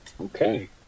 Okay